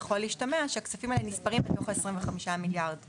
יכול להשתמע שהכספים האלה נספרים בתוך ה-25 מיליארד;